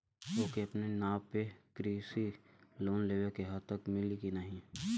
ओके अपने नाव पे कृषि लोन लेवे के हव मिली की ना ही?